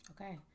Okay